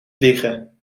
liegen